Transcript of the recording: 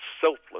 selfless